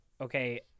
Okay